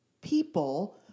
people